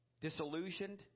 disillusioned